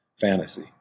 fantasy